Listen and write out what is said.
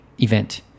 event